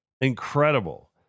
Incredible